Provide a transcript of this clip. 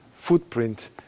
footprint